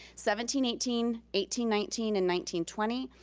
seventeen eighteen, eighteen nineteen and nineteen twenty.